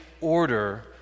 order